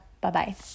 Bye-bye